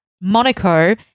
Monaco